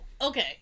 okay